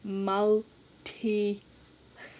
multi